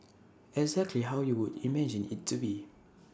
exactly how you would imagine IT to be